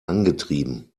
angetrieben